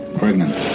pregnant